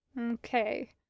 Okay